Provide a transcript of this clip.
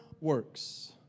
works